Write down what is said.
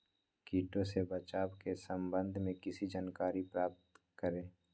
किटो से बचाव के सम्वन्ध में किसी जानकारी प्राप्त करें?